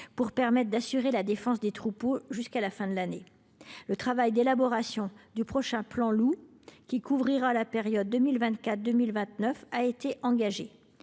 pour permettre d’assurer la défense des troupeaux jusqu’à la fin de l’année. Le travail d’élaboration du prochain plan national d’actions sur le loup, qui couvrira la période 2024 2029, a été engagé.